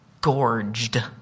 gorged